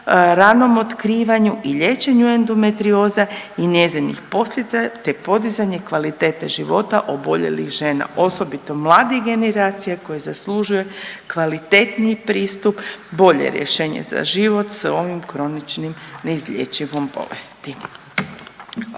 ranom otkrivanju i liječenju endometrioze i njezin posljedica te podizanje kvalitete život oboljelih žena osobito mladih generacija koje zaslužuje kvalitetniji pristup, bolje rješenje za život s ovom kroničnom neizlječivom bolesti.